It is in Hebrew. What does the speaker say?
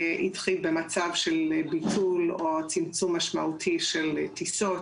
שהתחיל במצב של ביטול או צמצום משמעותי של טיסות,